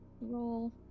Roll